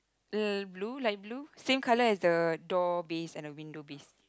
uh blue light blue same colour as the door base and the window base